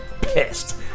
pissed